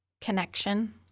connection